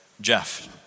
Jeff